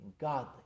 godly